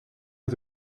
was